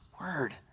word